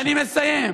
אני מסיים.